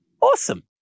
awesome